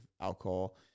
alcohol